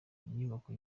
inyubako